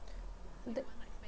the